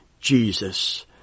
Jesus